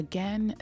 Again